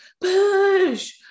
push